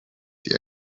the